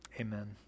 amen